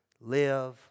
live